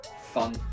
fun